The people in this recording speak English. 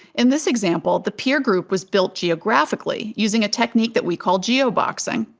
in this example, the peer group was built geographically, using a technique that we call geo boxing.